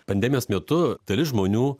pandemijos metu dalis žmonių